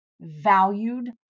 valued